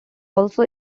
also